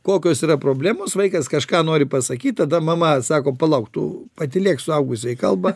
kokios yra problemos vaikas kažką nori pasakyt tada mama sako palauk tu patylėk suaugusieji kalba